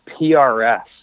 PRS